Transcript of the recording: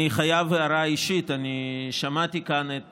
אני חייב הערה אישית: שמעתי כאן את